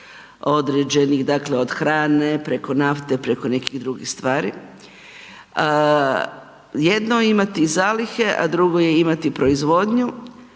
određenih, dakle od hrane, preko nafte, preko nekih drugih stvari. Jedno je imati zalihe a drugo je imati proizvodnju.